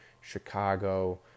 Chicago